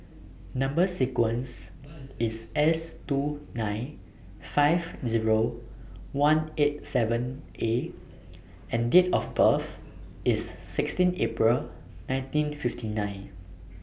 Number sequence IS S two nine five Zero one eight seven A and Date of birth IS sixteen April nineteen fifty nine